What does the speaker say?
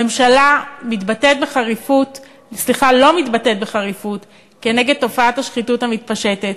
הממשלה לא מתבטאת בחריפות כנגד תופעת השחיתות המתפשטת,